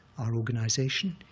our organization,